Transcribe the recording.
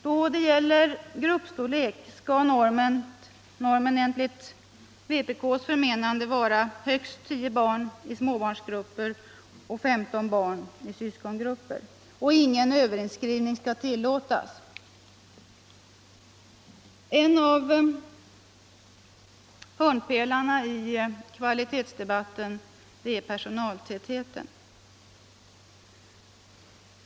Då det gäller gruppstorlek skall normen enligt vpk:s förmenande vara högst tio barn i småbarnsgrupper och IS barn i syskongrupper. Ingen överinskrivning skall tillåtas. En av hörnpelarna i kvalitetsdebatten är personaltätheten.